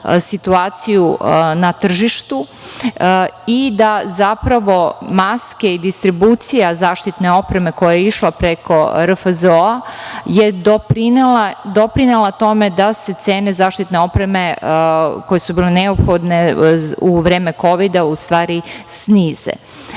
situaciju na tržištu i da maske i distribucija zaštitne opreme koja je išla preko RFZO je doprinela tome da se cene zaštitne opreme koje su bile neophodne u vreme Kovida u stvari snize. Sa